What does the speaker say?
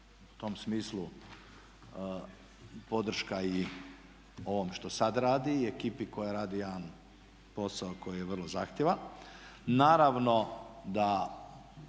U tom smislu podrška i ovom što sad radi i ekipi koja radi jedan posao koji je vrlo zahtjevan.